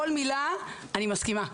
כל מילה אני מסכימה.